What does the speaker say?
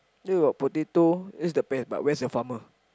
there were potato that's the pears but where's the farmer